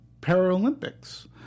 Paralympics